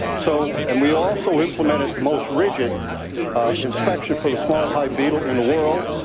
so and we also implemented the most rigid inspection for the small hive beetle in the world.